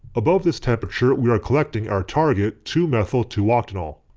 above this temperature we are collecting our target two methyl two octanol.